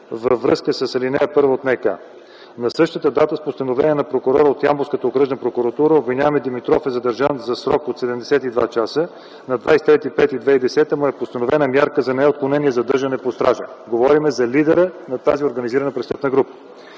във връзка с ал. 1 от НК. На същата дата с постановление на прокурора от Ямболската окръжна прокуратура обвиняемият Димитров е задържан за срок от 72 часа. На 23 май 2010 г. му е постановена мярка за неотклонение задържане под стража. Говорим за лидера на тази организирана престъпна група.